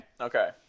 okay